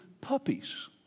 puppies